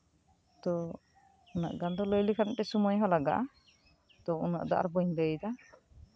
ᱛᱚ ᱩᱱᱟᱹᱜ ᱜᱟᱱ ᱞᱟᱹᱭ ᱞᱮᱠᱷᱟᱱ ᱥᱳᱢᱳᱭᱦᱚᱸ ᱞᱟᱜᱟᱜᱼᱟ ᱛᱚ ᱩᱱᱟᱹᱜ ᱫᱚ ᱟᱨ ᱵᱟᱹᱧ ᱞᱟᱹᱭ ᱮᱫᱟ